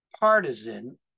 partisan